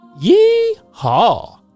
Yee-haw